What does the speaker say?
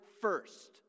first